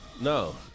No